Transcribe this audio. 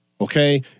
Okay